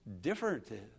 different